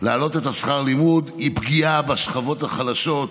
להעלות את שכר הלימוד, היא פגיעה בשכבות החלשות,